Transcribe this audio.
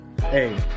Hey